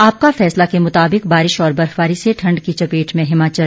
आपका फैसला के मुताबिक बारिश और बर्फबारी से ठंड की चपेट में हिमाचल